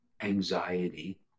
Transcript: anxiety